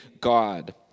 God